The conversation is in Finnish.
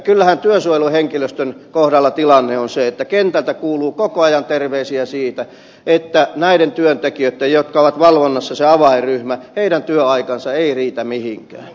kyllähän työsuojeluhenkilöstön kohdalla tilanne on se että kentältä kuuluu koko ajan terveisiä siitä että näiden työntekijöiden jotka ovat valvonnassa se avainryhmä työaika ei riitä mihinkään